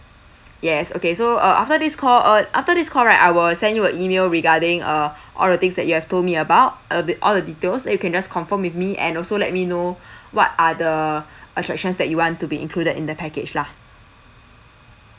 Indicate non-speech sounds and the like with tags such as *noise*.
yes okay so uh after this call uh after this call right I will send you a email regarding uh all the things that you have told me about all of it all the details then you can just confirm with me and also let me know *breath* what are the *breath* attractions that you want to be included in the package lah